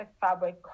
fabric